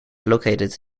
located